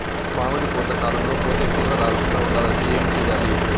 మామిడి పూత కాలంలో పూత ఎక్కువగా రాలకుండా ఉండాలంటే ఏమి చెయ్యాలి?